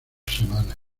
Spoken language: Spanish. semana